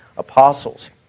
apostles